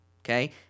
Okay